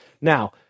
Now